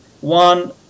one